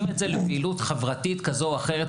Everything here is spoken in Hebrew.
את זה לפעילות חברתית כזו או אחרת,